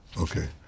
okay